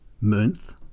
month